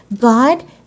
God